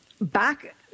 back